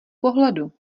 pohledu